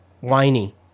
whiny